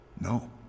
No